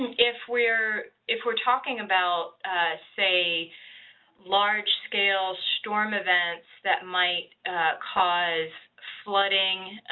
if we're if we're talking about say largescale storm events that might cause flooding,